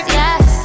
yes